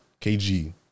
KG